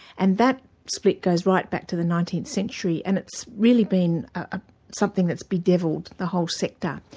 and that split goes right back to the nineteenth century, and it's really been ah something that's bedevilled the whole sector.